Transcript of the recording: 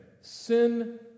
Sin